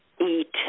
eat